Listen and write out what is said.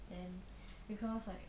then because like